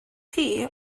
chi